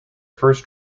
first